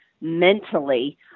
mentally